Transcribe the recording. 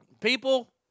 People